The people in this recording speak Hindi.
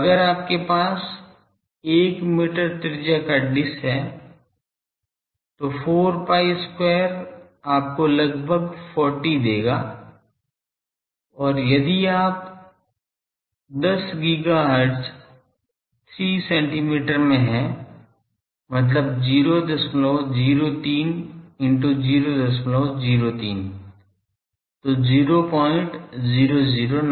तो अगर आपके पास 1 मीटर त्रिज्या का डिश है तो 4 pi square आपको लगभग 40 देता है और यदि आप 10 गीगाहर्ट्ज 3 सेंटीमीटर में हैं मतलब 003 into 003 तो 0009